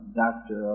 doctor